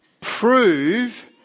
Prove